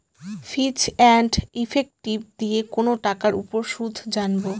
ফিচ and effective দিয়ে কোনো টাকার উপর সুদ জানবো